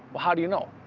how do you know?